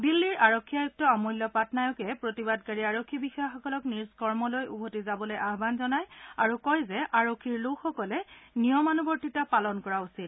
দিল্লীৰ আৰক্ষী আয়ুক্ত অমূল্য পাটনায়কে প্ৰতিবাদকাৰী আৰক্ষী বিষয়াসকলক নিজ কৰ্মলৈ ওভতি যাবলৈ আহান জনায় আৰু কয় যে আৰক্ষীৰ লোকসকলে নিয়মানুবৰ্তিতা পালন কৰা উচিত